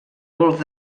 golf